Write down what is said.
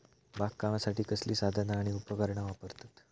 बागकामासाठी कसली साधना आणि उपकरणा वापरतत?